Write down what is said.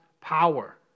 power